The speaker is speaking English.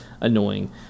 annoying